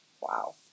Wow